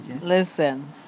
Listen